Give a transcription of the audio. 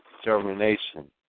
determination